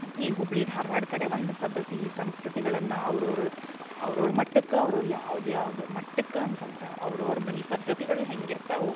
ಈ ಹುಬ್ಬಳ್ಳಿ ಧಾರವಾಡ ಕಡೆ ಒಂದು ಪದ್ಧತಿ ಸಂಸ್ಕೃತಿಗಳನ್ನ ಅವ್ರ ಅವ್ರ ಅವ್ರ ಅವ್ರ ಮಟ್ಟಕ್ಕ ಅವ್ರವ್ರ ಯಾವ್ದು ಯಾವುದೋ ಮಟ್ಟಕ್ಕ ಅಂತಂದ್ರ ಅವ್ರ ಅವ್ರ ಮನೆ ಪದ್ಧತಿಗಳು ಹೇಗಿರ್ತವು